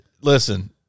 Listen